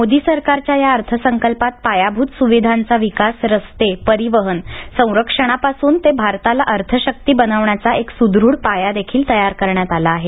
मोदी सरकारच्या या अर्थसंकल्पात पायाभूत सुविधांचा विकास रस्ते परिवहन संरक्षणापासून ते भारताला अर्थशक्ती बनवण्याचा एक सुद्रढ पायादेखील तयार करण्यात आला आहे